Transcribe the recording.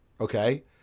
okay